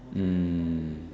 mm